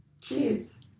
Cheers